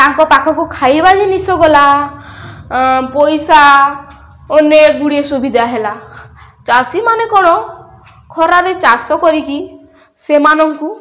ତାଙ୍କ ପାଖକୁ ଖାଇବା ଜିନିଷ ଗଲା ପଇସା ଅନେକ ଗୁଡ଼ିଏ ସୁବିଧା ହେଲା ଚାଷୀମାନେ କ'ଣ ଖରାରେ ଚାଷ କରିକି ସେମାନଙ୍କୁ